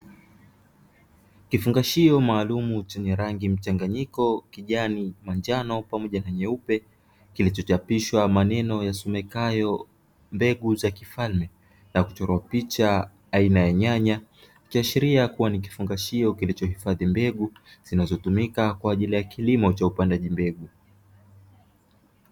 Kifungashio maalumu chenye rangi mchanganyiko kijani, manjano, pamoja na nyeupe. Kilichochapishwa maneno yasomekayo mbegu za kifalme na kuchorwa picha aina ya nyanya ikiashiria kuwa nikifungashio kilichohifadhi mbegu zinazotumika kwa ajili ya kilimo cha upandaji mbegu.